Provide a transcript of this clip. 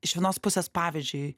iš vienos pusės pavyzdžiui